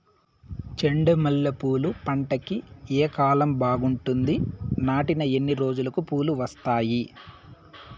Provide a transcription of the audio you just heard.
చెండు మల్లె పూలు పంట కి ఏ కాలం బాగుంటుంది నాటిన ఎన్ని రోజులకు పూలు వస్తాయి